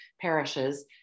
parishes